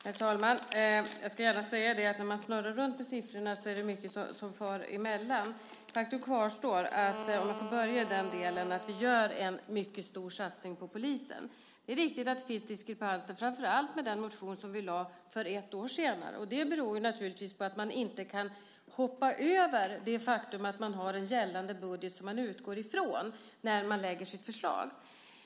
Herr talman! Jag ska gärna säga att när man snurrar runt med siffror är det mycket som far emellan. Faktum kvarstår - om jag får börja i den delen - nämligen att vi gör en mycket stor satsning på polisen. Det är riktigt att det finns diskrepanser framför allt jämfört med den motion som vi lade fram för ett år sedan. Det beror naturligtvis på att man inte kan hoppa över det faktum att man har en gällande budget som man utgår från när man lägger fram sitt förslag.